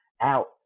out